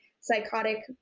psychotic